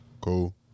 Cool